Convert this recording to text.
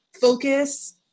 focus